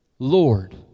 Lord